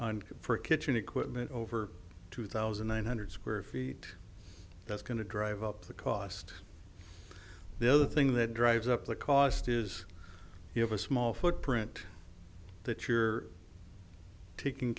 thousand for a kitchen equipment over two thousand one hundred square feet that's going to drive up the cost the other thing that drives up the cost is you have a small footprint that you're taking